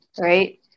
right